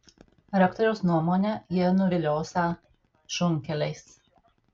rektoriaus nuomone jie nuviliosią šunkeliais